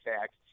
tax